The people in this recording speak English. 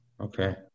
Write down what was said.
Okay